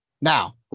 Now